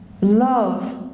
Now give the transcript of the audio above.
love